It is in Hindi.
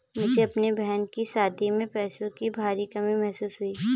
मुझे अपने बहन की शादी में पैसों की भारी कमी महसूस हुई